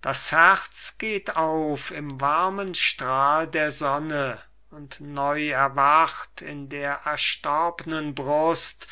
das herz geht auf im warmen strahl der sonne und neu erwacht in der erstorbnen brust